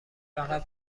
فقط